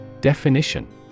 Definition